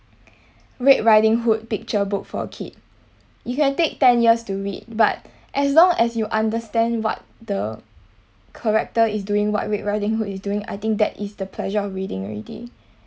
red riding hood picture book for a kid you can take ten years to read but as long as you understand what the character is doing what red riding hood is doing I think that is the pleasure of reading already